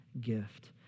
gift